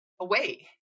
away